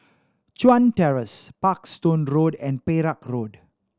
Chuan Terrace Parkstone Road and Perak Road